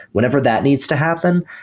whenever that needs to happen,